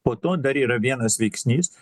po to dar yra vienas veiksnys